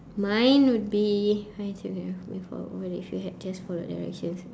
mine would be what if you had just followed directions